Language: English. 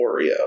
Oreo